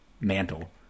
mantle